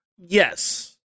Yes